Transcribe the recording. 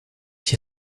się